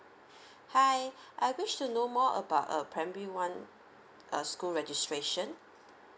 hi I wish to know more about a primary one uh school registration